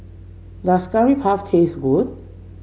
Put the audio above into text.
does Curry Puff taste good